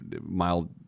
mild